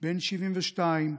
בן 72,